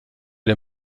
der